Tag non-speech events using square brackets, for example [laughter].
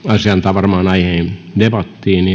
varmaan aiheen debattiin [unintelligible]